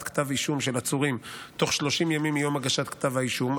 כתב האישום של עצורים תוך 30 ימים מיום הגשת כתב האישום,